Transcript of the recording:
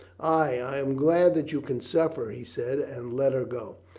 i am glad that you can suffer, he said and let her go.